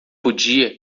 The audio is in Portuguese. podia